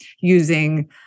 using